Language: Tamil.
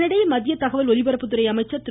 இதனிடையே மத்திய தகவல் ஒலிபரப்புத்துறை அமைச்சர் திரு